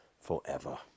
forever